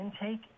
intake